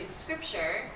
scripture